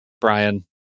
Brian